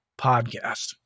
Podcast